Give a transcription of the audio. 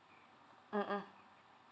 mmhmm